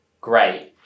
great